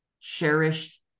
cherished